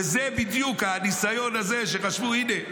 וזה בדיוק הניסיון הזה שחשבו: הינה,